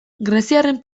greziarren